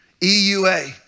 EUA